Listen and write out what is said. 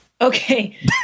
Okay